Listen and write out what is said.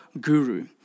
guru